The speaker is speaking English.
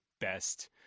best